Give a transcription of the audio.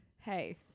Hey